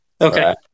Okay